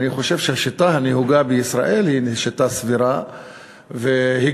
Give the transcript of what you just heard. אני חושב שהשיטה הנהוגה בישראל היא שיטה סבירה והגיונית,